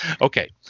Okay